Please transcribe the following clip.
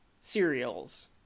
cereals